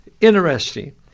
interesting